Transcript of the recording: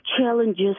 challenges